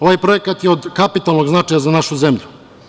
Ovaj projekat je od kapitalnog značaja za našu zemlju.